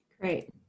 Great